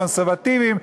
קונסרבטיבים,